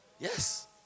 Yes